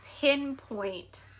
pinpoint